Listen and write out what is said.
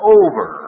over